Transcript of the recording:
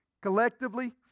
Collectively